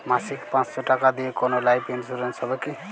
মাসিক পাঁচশো টাকা দিয়ে কোনো লাইফ ইন্সুরেন্স হবে কি?